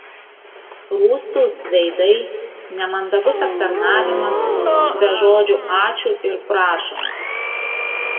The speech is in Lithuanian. rūstūs veidai nemandagus aptarnavimas be žodžių ačiū ir prašom